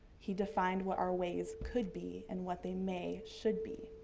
he defined what our ways could be and what they may, should be.